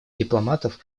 дипломатов